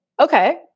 okay